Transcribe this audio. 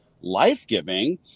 life-giving